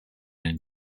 and